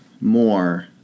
more